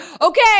okay